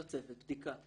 לא צוות, בדיקה.